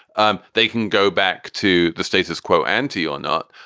um they can go back to the status quo ante or not?